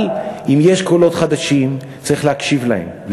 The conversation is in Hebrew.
אבל אם יש קולות חדשים צריך להקשיב להם,